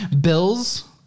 Bills